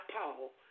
Paul